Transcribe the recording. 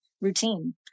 routine